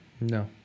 No